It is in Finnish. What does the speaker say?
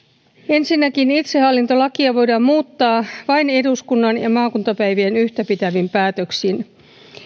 ensinnäkin itsehallintolakia voidaan muuttaa vain eduskunnan ja maakuntapäivien yhtäpitävin päätöksin